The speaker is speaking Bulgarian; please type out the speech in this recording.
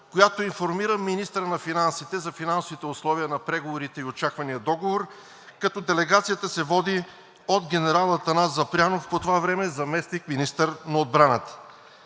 която информира министъра на финансите за финансовите условия на преговорите и очаквания договор, като делегацията се води от генерал Атанас Запрянов – по това време заместник-министър на отбраната.